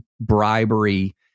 bribery